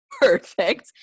perfect